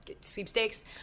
sweepstakes